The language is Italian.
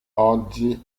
oggi